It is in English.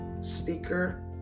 speaker